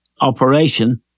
operation